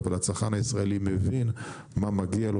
אבל הצרכן הישראלי מבין מה מגיע לו,